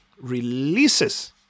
releases